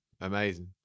Amazing